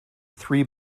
three